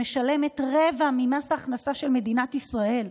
שמשלמת רבע ממס ההכנסה של מדינת ישראל,